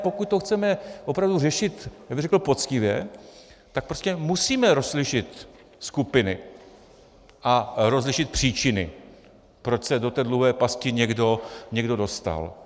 Pokud to chceme opravdu řešit poctivě, tak prostě musíme rozlišit skupiny a rozlišit příčiny, proč se do dluhové pasti někdo dostal.